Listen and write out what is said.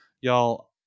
Y'all